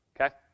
Okay